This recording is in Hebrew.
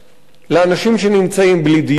לאנשים שנמצאים בלי דיור,